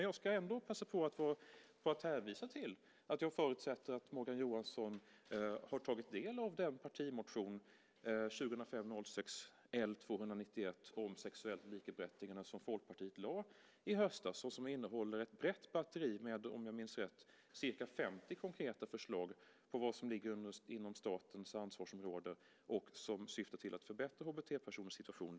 Jag ska ändå passa på att hänvisa till att jag förutsätter att Morgan Johansson har tagit del av den partimotion, 2005/06:L291, om sexuellt likaberättigande som Folkpartiet lade fram i höstas och som innehåller ett brett batteri med, om jag minns rätt, ca 50 konkreta förslag på vad som ligger inom statens ansvarsområde och som syftar till att förbättra HBT-personers situation.